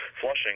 Flushing